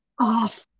off